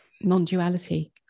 non-duality